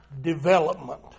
development